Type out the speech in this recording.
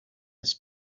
his